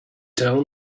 tell